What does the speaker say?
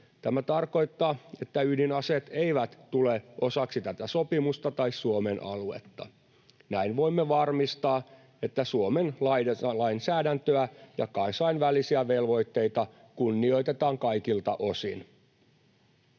Tämä tarkoittaa, että ydinaseet eivät tule osaksi tätä sopimusta tai Suomen aluetta. Näin voimme varmistaa, että Suomen lainsäädäntöä ja kansainvälisiä velvoitteita kunnioitetaan kaikilta osin.